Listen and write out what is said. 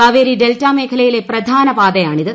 Kaveri delta മേഖലയിലെ പ്രധാനപാതയാണിത്